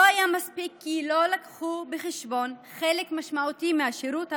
לא היה מספיק כי לא לקחו בחשבון חלק משמעותי מהשירות הציבורי: